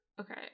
Okay